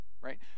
right